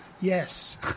yes